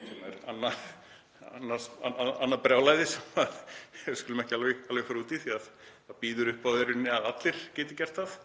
sem er annað brjálæði sem við skulum ekki fara út í því það býður upp á að allir geti gert það,